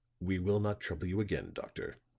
we will not trouble you again, doctor,